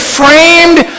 framed